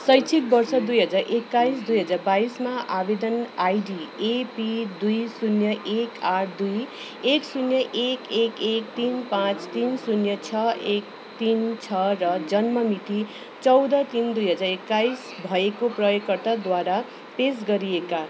शैक्षिक वर्ष दुई हजार एक्काइस दुई हजार बाइसमा आवेदन आइडी एपी दुई शून्य एक आठ दुई एक शून्य एक एक एक तिन पाँच तिन शून्य छ एक तिन छ र जन्ममिति चौध तिन दुई हजार एक्काइस भएको प्रयोगकर्ताद्वारा पेस गरिएका